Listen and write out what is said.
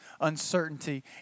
uncertainty